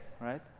right